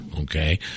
okay